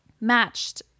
matched